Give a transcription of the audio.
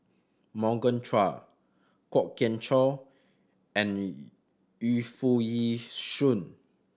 Morgan Chua Kwok Kian Chow and Yu Foo Yee Shoon